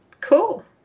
Cool